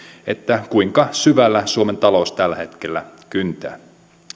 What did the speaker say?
kuinka syvällä suomen talous tällä hetkellä kyntää